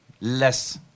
less